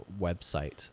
website